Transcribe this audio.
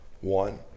one